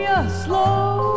Slow